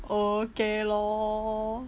okay lor